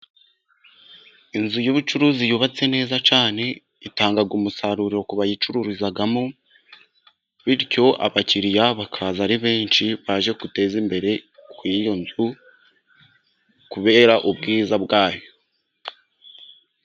Inzu y'ubucuruzi yubatse neza cyane itanga umusaruro ku bayicururizamo, bityo abakiriya bakaza ari benshi, baje guteza imbere ku iyo nzu kubera ubwiza bwayo.